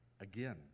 again